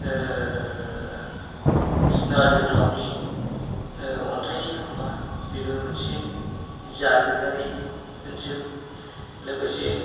सिखोना जोहोलावनि अन्थाइनि खाम्फा बेबो मोनसे जारिमिनारि ओनसोल लोगोसे